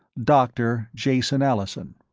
doctor jason allison.